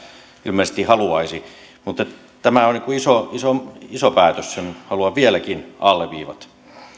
ilmeisesti haluaisi tämä on iso iso päätös sen haluan vieläkin alleviivata